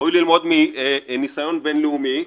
ראוי ללמוד מניסיון בין-לאומי.